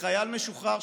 לחייל משוחרר,